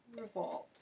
Revolt